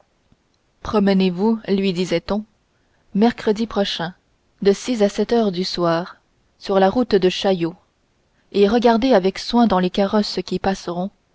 promenez vous lui disait-on mercredi prochain de six heures à sept heures du soir sur la route de chaillot et regardez avec soin dans les carrosses qui passeront